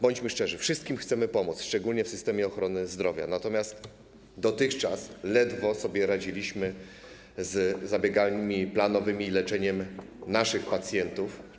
Bądźmy szczerzy, wszystkim chcemy pomóc, szczególnie w systemie ochrony zdrowia, natomiast dotychczas ledwo sobie radziliśmy z zabiegami planowymi i leczeniem naszych pacjentów.